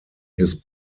his